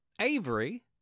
Avery